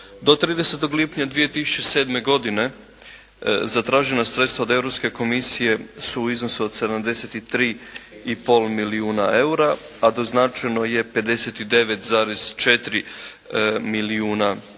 Do 30. lipnja 2007. godine zatražena sredstva od Europske komisije su u iznosu od 73,5 milijuna eura, a doznačeno je 59,4 milijuna eura.